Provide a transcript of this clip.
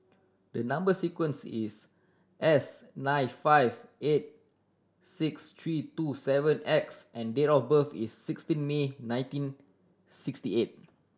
the number sequence is S nine five eight six three two seven X and date of birth is sixteen May nineteen sixty eight